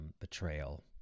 betrayal